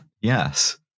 Yes